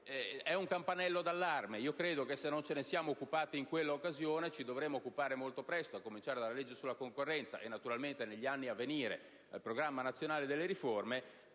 È un campanello d'allarme. Se non ce ne siamo occupati in quella occasione, dovremmo occuparcene molto presto, a cominciare dalla legge sulla concorrenza e naturalmente, negli anni a venire, nel Programma nazionale di riforma.